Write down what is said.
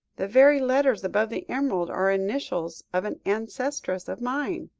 the very letters above the emerald, are initials of an ancestress of mine.